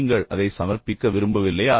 நீங்கள் அதை சமர்ப்பிக்க விரும்பவில்லையா